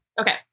Okay